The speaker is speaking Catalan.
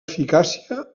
eficàcia